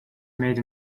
made